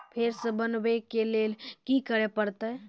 फेर सॅ बनबै के लेल की करे परतै?